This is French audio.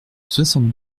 soixante